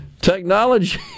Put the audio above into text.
technology